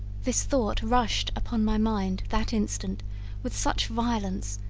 this thought rushed upon my mind that instant with such violence,